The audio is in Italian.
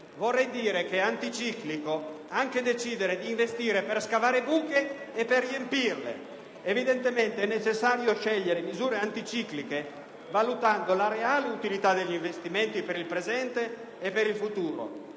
Vorrei dire che è anticiclico anche decidere di investire per scavare buche e per riempirle. Evidentemente è necessario scegliere misure anticicliche valutando la reale utilità degli investimenti per il presente e per il futuro